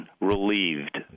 relieved